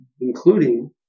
including